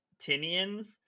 Tinians